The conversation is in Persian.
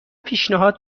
پیشنهاد